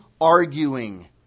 arguing